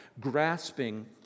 grasping